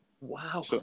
Wow